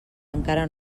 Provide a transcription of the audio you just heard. encara